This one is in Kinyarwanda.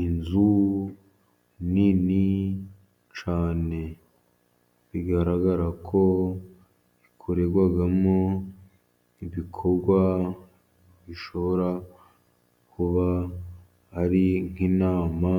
Inzu nini cyane bigaragara ko ikorerwamo ibikorwa bishobora kuba ari nk'inama